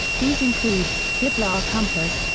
these include qibla compass,